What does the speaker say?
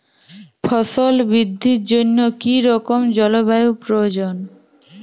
ফসল বৃদ্ধির জন্য কী রকম জলবায়ু প্রয়োজন?